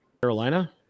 Carolina